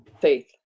Faith